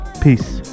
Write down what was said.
peace